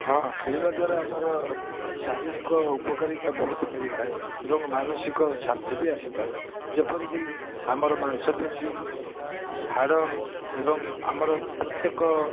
ହଁ ଖେଳିବା ଦ୍ୱାରା ଆମର ଶାରୀରିକ ଉପକାରିତା ବହୁତ ମିଳିଥାଏ ଏବଂ ମାନସିକ ଶାନ୍ତି ବି ଆସିଥାଏ ଯେପରି କି ଆମର ମାଂସପେଶି ହାଡ଼ ଏବଂ ଆମର ପ୍ରତ୍ୟେକ